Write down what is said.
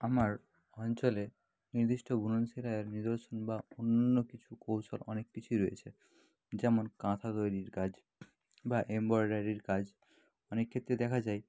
আমার অঞ্চলে নির্দিষ্ট গুণন নিদর্শন বা অনন্য কিছু কৌশল অনেক কিছুই রয়েছে যেমন কাঁথা তৈরির কাজ বা এমব্রয়ডারির কাজ অনেক ক্ষেত্রে দেখা যায়